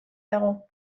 dago